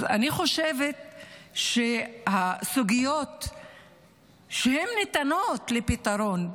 אני חושבת שהסוגיות ניתנות לפתרון,